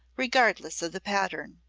regardless of the pattern.